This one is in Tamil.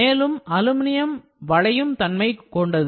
மேலும் அலுமினியம் வளையும் தன்மையும் கொண்டது